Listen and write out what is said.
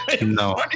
No